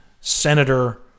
senator